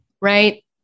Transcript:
right